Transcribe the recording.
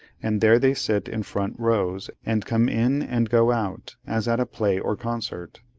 and there they sit in front rows, and come in, and go out, as at a play or concert.